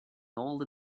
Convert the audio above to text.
older